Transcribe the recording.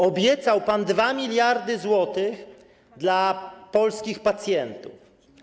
Obiecał pan 2 mld zł dla polskich pacjentów.